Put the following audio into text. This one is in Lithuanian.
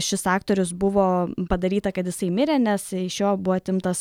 šis aktorius buvo padaryta kad jisai mirė nes iš jo buvo atimtas